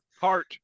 Heart